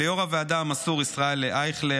ליו"ר הוועדה המסור ישראל אייכלר,